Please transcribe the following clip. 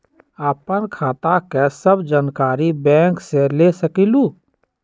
आपन खाता के सब जानकारी बैंक से ले सकेलु?